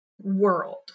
world